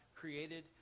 created